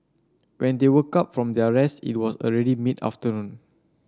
when they woke up from their rest it was already mid afternoon